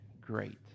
great